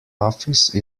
office